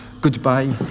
Goodbye